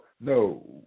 no